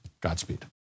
Godspeed